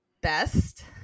best